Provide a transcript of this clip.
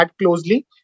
closely